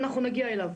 אנחנו נגיע אליו.